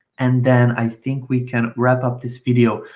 and then i think we can wrap up this video.